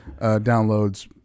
downloads